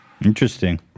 interesting